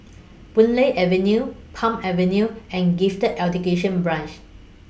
Boon Lay Avenue Palm Avenue and Gifted Education Branch